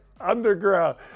underground